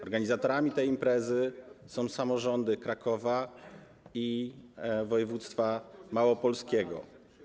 Organizatorami tej imprezy są samorządy Krakowa i województwa małopolskiego.